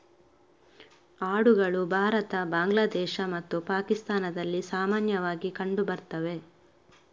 ಆಡುಗಳು ಭಾರತ, ಬಾಂಗ್ಲಾದೇಶ ಮತ್ತು ಪಾಕಿಸ್ತಾನದಲ್ಲಿ ಸಾಮಾನ್ಯವಾಗಿ ಕಂಡು ಬರ್ತವೆ